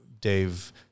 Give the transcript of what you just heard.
Dave